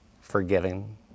forgiving